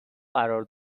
قرار